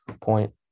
point